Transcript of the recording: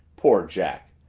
poor jack!